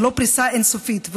ולא פריסה אין-סופית,